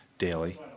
daily